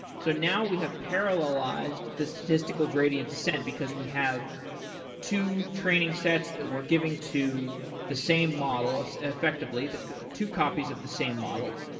so now, we have parallelized the statistical gradient descent because we have two training sets that we're giving to the same model effectively, the two copies of the same model,